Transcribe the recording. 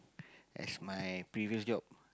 as my previous job